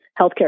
healthcare